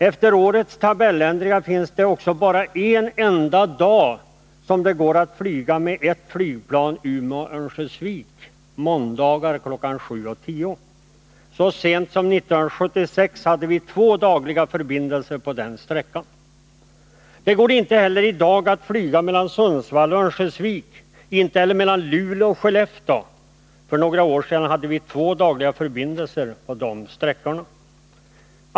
Efter årets tabelländringar finns det också bara en enda dag som det går ett flygplan Umeå-Örnsköldsvik, måndagar kl. 7.10. Så sent som 1976 hade vi två dagliga förbindelser på den sträckan. Det går i dag inte heller att flyga mellan Sundsvall och Örnsköldsvik och inte heller mellan Luleå och Skellefteå. För några år sedan hade vi två dagliga förbindelser på de sträckorna.